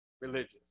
religious